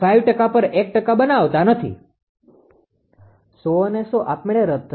5 ટકા પર 1 ટકા બનાવતા નથી 100 અને 100 આપમેળે રદ થશે